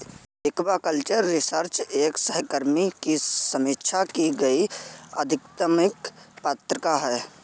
aquaculture research एक सहकर्मी की समीक्षा की गई अकादमिक पत्रिका है